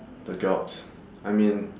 the jobs I mean